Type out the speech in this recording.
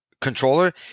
controller